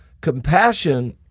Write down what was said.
Compassion